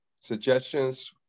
suggestions